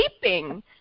sleeping